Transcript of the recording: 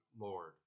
Lord